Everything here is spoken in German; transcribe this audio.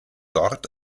dort